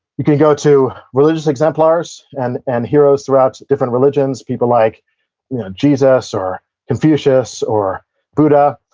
you can go to religious exemplars, and and heroes throughout different religions. people like jesus or confucius or buddha.